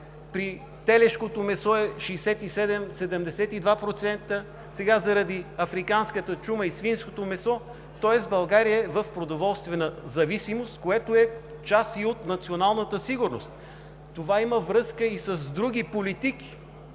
при телешкото месо е 67 – 72%, сега заради африканската чума и свинското месо, тоест България е в продоволствена зависимост, което е част и от националната сигурност. Това има връзка и с други политики